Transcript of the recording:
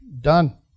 Done